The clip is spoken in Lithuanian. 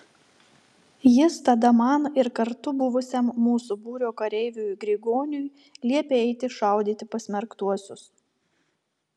jis tada man ir kartu buvusiam mūsų būrio kareiviui grigoniui liepė eiti šaudyti pasmerktuosius